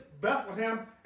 Bethlehem